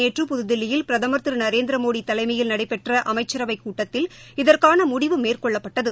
நேற்று புதுதில்லியில் பிரதமர் திரு நரேந்திரமோடி தலைமையில் நடைபெற்ற அமைச்சரவை கூட்டத்தில் இதற்கான முடிவு மேற்கொள்ளப்பட்டது